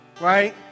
right